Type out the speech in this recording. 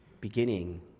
Beginning